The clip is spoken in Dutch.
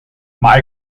maar